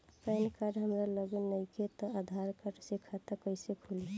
Pan card हमरा लगे नईखे त आधार कार्ड से खाता कैसे खुली?